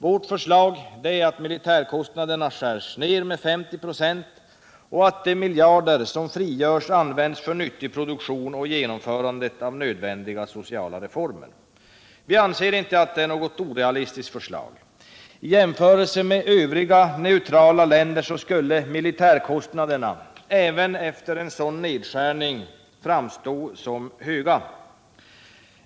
Vårt förslag är att militäranslagen skärs ned med 50 96 och att de miljarder som frigörs används för nyttig produktion och genomförandet av nödvändiga sociala reformer. Vi anser inte att det är något orealistiskt förslag. I jämförelse med övriga neutrala länder skulle våra militärkostnader, även efter en sådan nedskärning, framstå som höga.